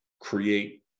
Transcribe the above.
create